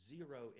Zero